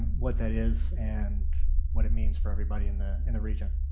what that is, and what it means for everybody in the in the region.